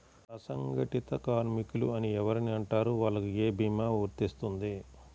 అసంగటిత కార్మికులు అని ఎవరిని అంటారు? వాళ్లకు ఏ భీమా వర్తించుతుంది?